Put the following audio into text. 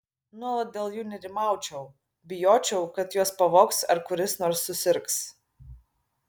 nuolat dėl jų nerimaučiau bijočiau kad juos pavogs ar kuris nors susirgs